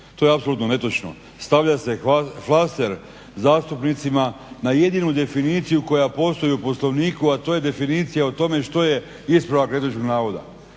To je apsolutno netočno. Stavlja se flaster zastupnicima na jedinu definiciju koja postoji u Poslovniku, a to je definicija o tome što je ispravak netočnog navoda.